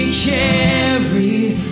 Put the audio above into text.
carried